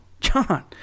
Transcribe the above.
John